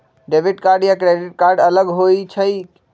Debit card या credit card अलग होईछ ई?